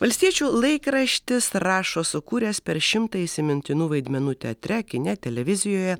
valstiečių laikraštis rašo sukūręs per šimtą įsimintinų vaidmenų teatre kine televizijoje